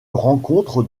rencontre